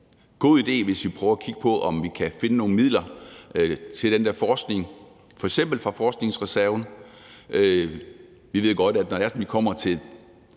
god idé, hvis vi prøver at kigge på, om vi kan finde nogle midler til den der forskning f.eks. fra forskningsreserven. Vi ved godt, at når det er sådan, at vi kommer til